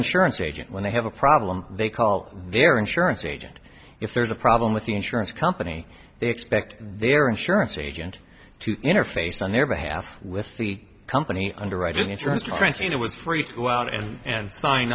insurance agent when they have a problem they call their insurance agent if there's a problem with the insurance company they expect their insurance agent to interface on their behalf with the company underwriting insurance trenching it was free to go out and